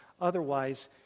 Otherwise